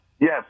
Yes